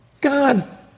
God